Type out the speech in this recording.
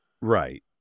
Right